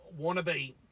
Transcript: wannabe